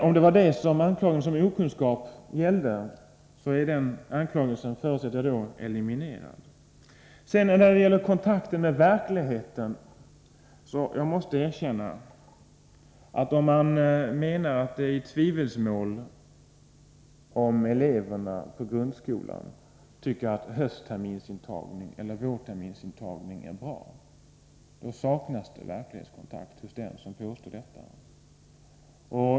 Om det var detta anklagelsen om okunskap gällde, förutsätter jag att den anklagelsen därmed är eliminerad. Jag måste sedan erkänna, att den som påstår att det är i tvivelsmål om eleverna tycker att intagning på höstterminsbetyget eller vårterminsbetyget är bäst — den personen saknar verklighetskontakt.